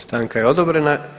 Stanka je odobrena.